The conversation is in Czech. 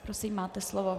Prosím, máte slovo.